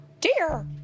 dear